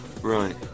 Right